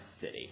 city